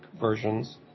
versions